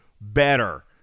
better